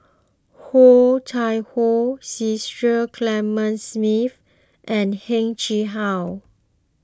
Oh Chai Hoo Cecil Clementi Smith and Heng Chee How